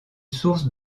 source